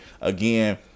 again